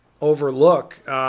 overlook –